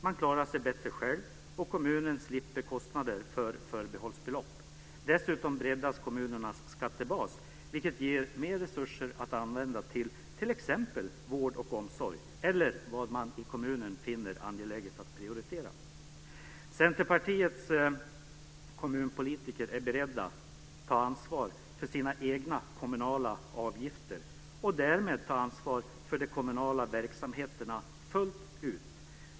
Man klarar sig bättre själv, och kommunen slipper kostnader för förbehållsbelopp. Dessutom breddas kommunernas skattebas, vilket ger mer resurser att använda till t.ex. vård och omsorg, eller vad man i kommunen finner angeläget att prioritera. Centerpartiets kommunpolitiker är beredda att ta ansvar för sina egna kommunala avgifter och därmed ta ansvar för de kommunala verksamheterna fullt ut.